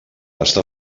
està